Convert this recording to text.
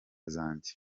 zanjye